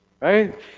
right